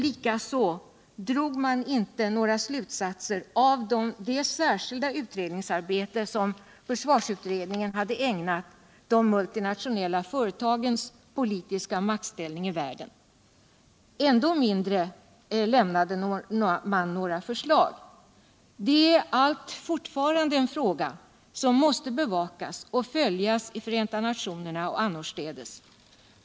Likaså drog man inte några slutsatser av det särskilda utredningsarbete som försvarsutredningen hade ägnat de multinationella företagens politiska maktställning i världen. Än mindre kom man med några förstag. Det är fortfarande en fråga som måste bevakas och följas i FN och annorstädes.